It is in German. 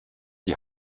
die